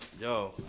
Yo